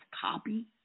copy